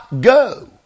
go